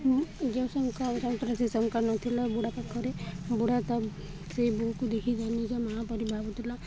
ଯେଉଁ ଶଙ୍ଖା ଚାହୁଁଥିଲା ସେ ଶଙ୍ଖା ନଥିଲା ବୁଢ଼ା ପାଖରେ ବୁଢ଼ା ତ ସେଇ ବୋହୁକୁ ଦେଖି ନିଜ ମାଆ ପରି ଭାବୁଥିଲା